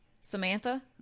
Samantha